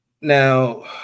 Now